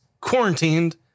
quarantined